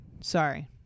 sorry